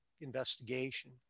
investigation